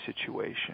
situation